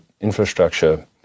infrastructure